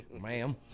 Ma'am